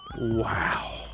Wow